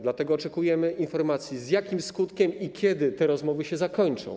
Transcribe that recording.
Dlatego oczekujemy informacji, z jakim skutkiem i kiedy te rozmowy się zakończą.